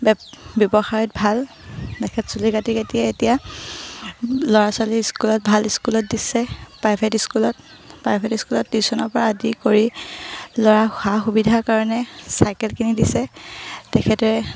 ব্যৱসায়ত ভাল তেখেত চুলি কাটি কাটিয়ে এতিয়া ল'ৰা ছোৱালী স্কুলত ভাল স্কুলত দিছে প্ৰাইভেট স্কুলত প্ৰাইভেট স্কুলত টিউশ্যনৰপৰা আদি কৰি ল'ৰাৰ সা সুবিধাৰ কাৰণে চাইকেল কিনি দিছে তেখেতে